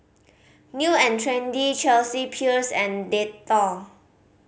New and Trendy Chelsea Peers and Dettol